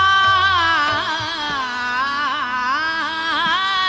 aa